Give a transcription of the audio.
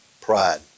pride